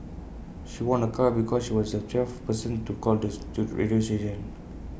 she won A car because she was the twelfth person to call this the radio station